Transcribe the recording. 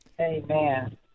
Amen